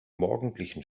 morgendlichen